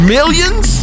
Millions